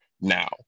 now